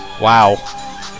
Wow